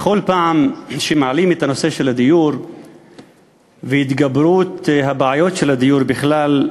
בכל פעם שמעלים את הנושא של הדיור והתגברות הבעיות של הדיור בכלל,